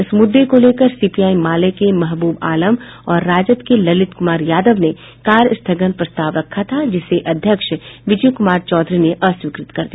इस मुद्दे को लेकर सीपीआई माले के महबूब आलम और राजद के ललित कुमार यादव ने कार्यस्थगन प्रस्ताव रखा था जिसे अध्यक्ष विजय कुमार चौधरी ने अस्वीकृत कर दिया